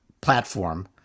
platform